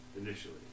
initially